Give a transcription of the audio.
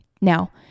Now